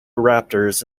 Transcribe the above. raptors